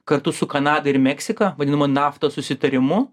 kartu su kanada ir meksika vadinamu naftos susitarimu